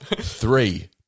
Three